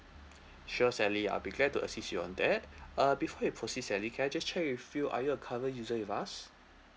sure sally I'll be glad to assist you on that uh before we proceed sally can I just check with you are you a current user with us